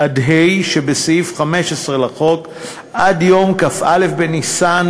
(ה) שבסעיף 15 לחוק עד יום כ"א בניסן,